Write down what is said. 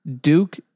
Duke